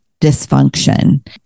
dysfunction